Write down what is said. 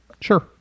Sure